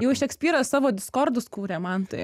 jau šekspyras savo diskordus kūrė mantai